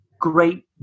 great